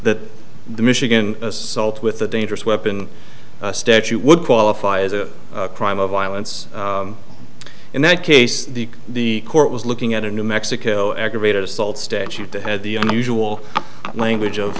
that the michigan assault with a dangerous weapon statute would qualify as a crime of violence in that case the the court was looking at a new mexico aggravated assault statute that had the unusual language of